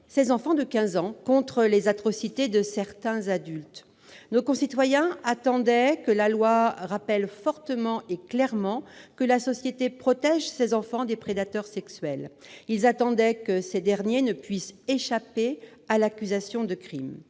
ses enfants de quinze ans, contre les atrocités de certains adultes. Nos concitoyens attendaient que la loi rappelle fortement et clairement que la société protège ces enfants des prédateurs sexuels. Ils attendaient que ceux-ci ne puissent échapper à l'accusation de crime.